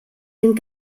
den